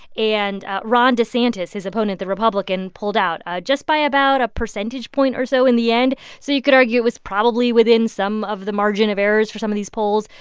and ron desantis, his opponent, the republican, pulled out just by about a percentage point or so in the end. so you could argue it was probably within some of the margin of errors for some of these polls.